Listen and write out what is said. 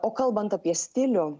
o kalbant apie stilių